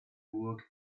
burg